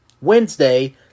Wednesday